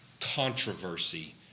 Controversy